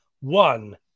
One